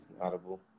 audible